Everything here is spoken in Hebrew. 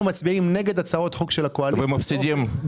אנחנו מצביעים נגד הצעות חוק של הקואליציה באופן גורף.